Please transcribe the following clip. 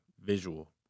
visual